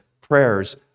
prayers